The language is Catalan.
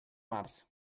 març